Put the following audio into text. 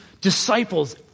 disciples